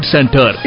Center